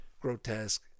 Grotesque